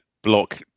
block